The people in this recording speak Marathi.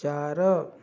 चार